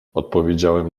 odpowiedziałem